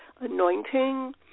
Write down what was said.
anointing